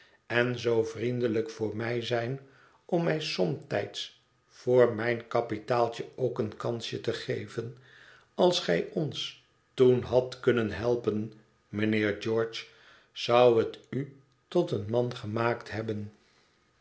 en zoo vriendelijk voor mij zijn om mij somtijds voor mijn kapitaaltje ook een kansje te geven als gij ons toen hadt kunnen helpen mijnheer george zou het u tot een man gemaakt hebben